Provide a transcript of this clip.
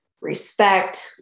respect